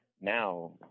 now